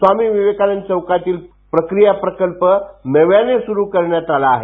स्वामी विवेकानंद चौकातला प्रक्रिया प्रकल्प नव्यानं सुरू करण्यात आला आहे